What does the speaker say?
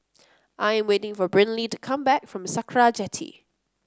I'm waiting for Brynlee to come back from Sakra Jetty